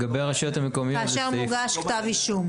כאשר מוגש כתב אישום.